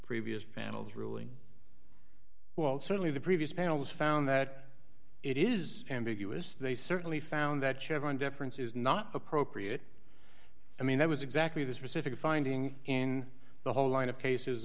previous panels ruling well certainly the previous panels found that it is ambiguous they certainly found that chevron deference is not appropriate i mean that was exactly the specific finding in the whole line of cases